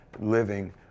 living